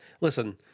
Listen